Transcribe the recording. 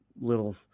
little